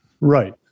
Right